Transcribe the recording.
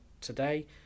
today